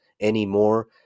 anymore